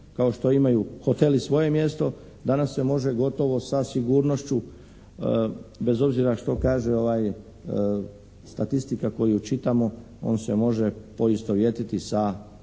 kao što imaju hoteli svoje mjesto danas se može gotovo sa sigurnošću bez obzira što kaže statistika koju čitamo, on se može poistovjetiti sa stabilnim